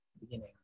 beginning